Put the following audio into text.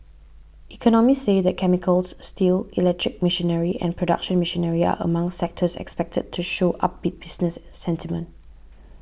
economists say that chemicals steel electric machinery and production machinery are among sectors expected to show upbeat business sentiment